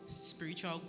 spiritual